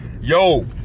Yo